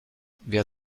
wer